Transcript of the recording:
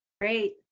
Great